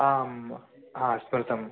आम् ह श्रुतम्